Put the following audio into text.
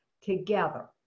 together